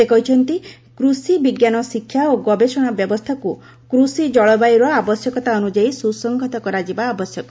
ସେ କହିଛନ୍ତି କୁଷିବିଜ୍ଞାନ ଶିକ୍ଷା ଓ ଗବେଷଣା ବ୍ୟବସ୍ଥାକୁ କୁଷି ଜଳବାୟୁର ଆବଶ୍ୟକତା ଅନୁଯାୟୀ ସୁସଂହତ କରାଯିବା ଆବଶ୍ୟକ